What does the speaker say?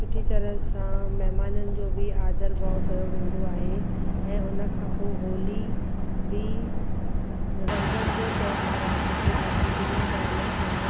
सुठी तरह सां महिमाननि जो बि आदर भाव कयो वेंदो आहे ऐं हुन खां पोइ होली बि रंगनि जो त्योहार आहे जेको जाम धुम धाम सां